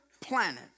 planet